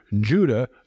Judah